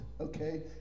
okay